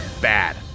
Bad